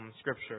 scripture